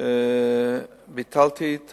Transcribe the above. ביטלתי את